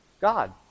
God